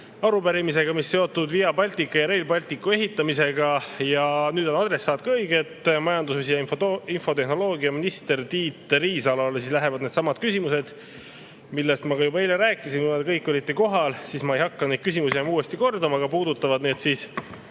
arupärimise, mis on seotud Via Baltica ja Rail Balticu ehitamisega, ja nüüd on adressaat ka õige. Majandus- ja infotehnoloogiaminister Tiit Riisalole lähevad needsamad küsimused, millest ma juba eile rääkisin. Kuna te kõik olite kohal, siis ma ei hakka neid küsimusi kordama, need puudutavad Via